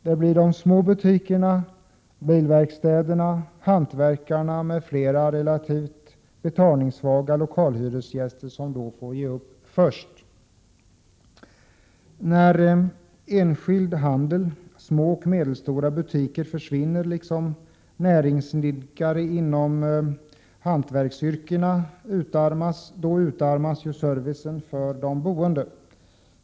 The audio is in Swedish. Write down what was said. Det blir de små butikerna, bilverkstäderna, hantverkarna m.fl. relativt betalningssvaga lokalhyresgäster som får ge upp först. När enskild handel, små och medelstora butiker, försvinner liksom näringsidkare inom hantverksyrkena, utarmas servicen för de boende.